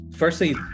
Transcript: Firstly